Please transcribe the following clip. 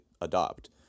adopt